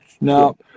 Now